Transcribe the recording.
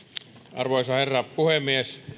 arvoisa herra puhemies